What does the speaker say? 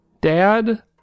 Dad